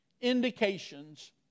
indications